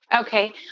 Okay